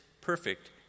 perfect